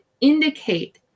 indicate